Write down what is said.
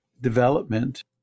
development